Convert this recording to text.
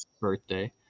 birthday